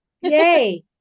yay